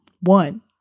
One